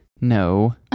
No